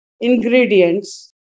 ingredients